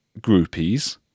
groupies